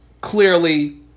Clearly